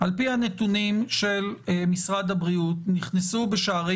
על פי הנתונים של משרד הבריאות נכנסו בשערי